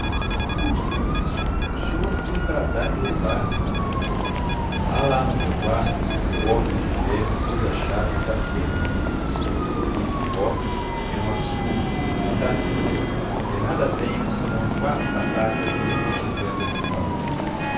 não diga isso o senhor tem para dar e levar há lá no meu quarto um cofre de ferro cuja chave está sempre comigo esse cofre é um absurdo uma fantasia porque nada tenho senão quatro patacas e umas bugigangas sem valor